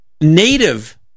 native